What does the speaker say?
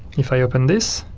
if i open this